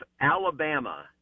Alabama